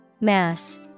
mass